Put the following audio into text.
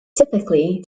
typically